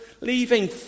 leaving